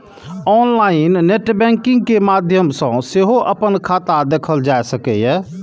online net banking के माध्यम सं सेहो अपन खाता देखल जा सकैए